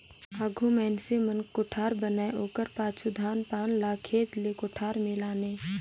आघु मइनसे मन कोठार बनाए ओकर पाछू धान पान ल खेत ले कोठार मे लाने